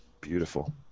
Beautiful